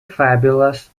fabulous